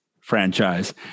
franchise